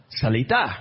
salita